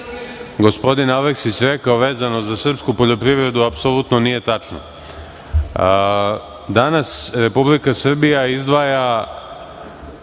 gospodin Aleksić rekao vezano za srpsku poljoprivredu, apsolutno nije tačno. Danas Republika Srbija izdvaja